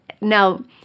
Now